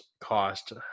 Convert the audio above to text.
cost